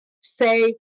say